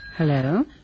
Hello